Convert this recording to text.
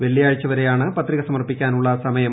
വെള്ളിയാഴ്ചവരെയാണ് പത്രിക സമർപ്പിക്കാനുള്ള സമയം